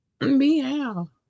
Meow